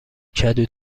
کدو